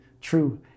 true